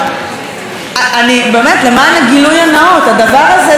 באמת, למען הגילוי הנאות, הדבר הזה, זה מה?